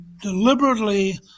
deliberately